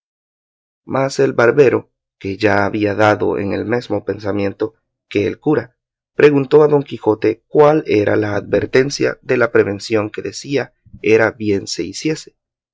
mas el barbero que ya había dado en el mesmo pensamiento que el cura preguntó a don quijote cuál era la advertencia de la prevención que decía era bien